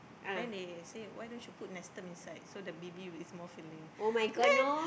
then they say why don't you put Nestum inside so the baby is more filling